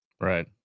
Right